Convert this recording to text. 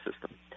system